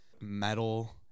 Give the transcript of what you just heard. metal